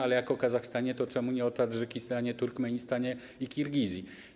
Ale jeśli o Kazachstanie, to czemu nie o Tadżykistanie, Turkmenistanie i Kirgizji?